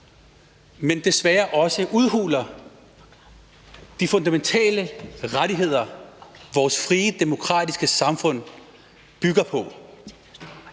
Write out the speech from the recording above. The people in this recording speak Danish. som desværre også udhuler de fundamentale rettigheder, vores frie demokratiske samfund bygger på.